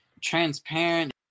transparent